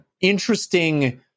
interesting